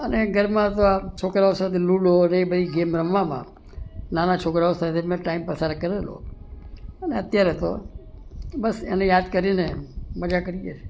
અને ઘરમાં તો આમ છોકરાઓ સાથે લુડો ને એ બધી ગેમ રમવામાં નાના છોકરાઓ સાથે મેં ટાઈમ પસાર કરેલો અને અત્યારે તો બસ એને યાદ કરીને મજા કરીએ છીએ